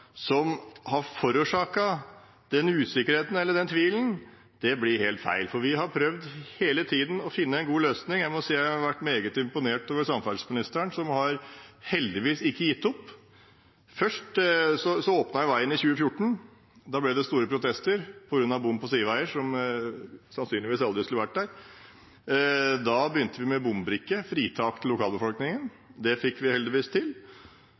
som har forårsaket den usikkerheten eller den tvilen, blir helt feil, for vi har prøvd hele tiden å finne en god løsning. Jeg må si at jeg er meget imponert over samferdselsministeren som heldigvis ikke har gitt opp. Først åpnet veien i 2014 – da ble det store protester på grunn av bom på sideveier som sannsynligvis aldri skulle vært der. Da begynte vi med bombrikke, fritak for lokalbefolkningen – det fikk vi heldigvis til.